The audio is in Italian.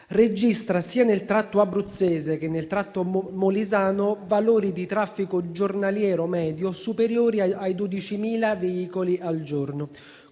registra, sia nel tratto abruzzese che nel tratto molisano, valori di traffico giornaliero medio superiori ai 12.000 veicoli, con